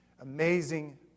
Amazing